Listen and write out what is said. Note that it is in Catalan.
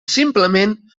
simplement